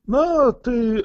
na tai